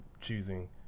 choosing